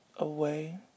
away